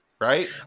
Right